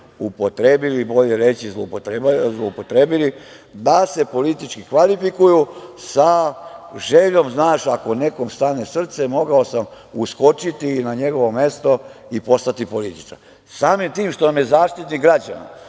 upotrebili, bolje reći zloupotrebili da se politički kvalifikuju sa željom, znaš, ako nekom stane srce mogao sam uskočiti na njegovo mesto i postati političar. Samim tim što vam je Zaštitnik građana